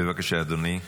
--- בבקשה, אדוני.